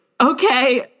okay